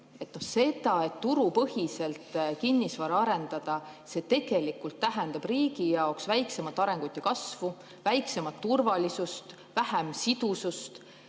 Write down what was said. See, kui turupõhiselt kinnisvara arendada, tähendab tegelikult riigi jaoks väiksemat arengut ja kasvu, väiksemat turvalisust, vähem sidusust.